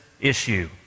issue